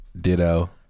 Ditto